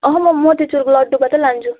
अहँ मोतीचुरको लड्डु मात्रै लान्छु